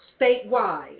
statewide